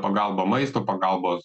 pagalba maisto pagalbos